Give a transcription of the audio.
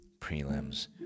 prelims